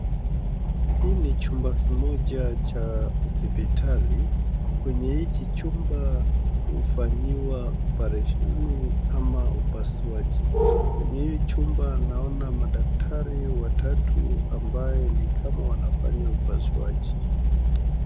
Hii ni chumba kimoja cha hospitali, kwenye hiki chumba hufanyiwa oparesheni ama upasuaji, kwenye hii chumba naona madaktari watatu ambaye ni kama wanafanya upasuaji.